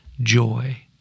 joy